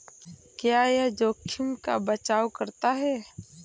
क्या यह जोखिम का बचाओ करता है?